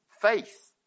faith